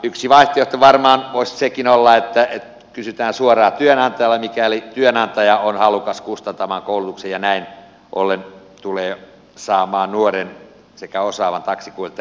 yksi vaihtoehto varmaan voisi sekin olla että kysytään suoraan työnantajalta mikäli työnantaja on halukas kustantamaan koulutuksen ja näin ollen tulee saamaan nuoren sekä osaavan taksinkuljettajan yritykseensä